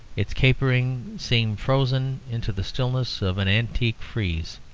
its caperings seem frozen into the stillness of an antique frieze.